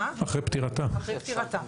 אחרי פטירתה.